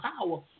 power